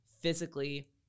physically